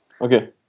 Okay